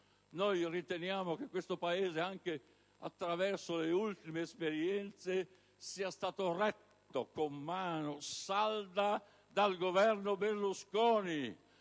Noi riteniamo che questo Paese, anche attraverso le ultime esperienze, sia stato retto con mano salda dal Governo Berlusconi.